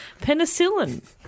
penicillin